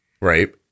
Right